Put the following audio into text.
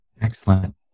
excellent